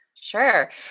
Sure